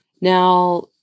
Now